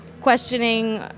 questioning